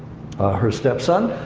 her stepson,